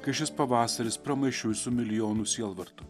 kai šis pavasaris pramaišiui su milijonu sielvartų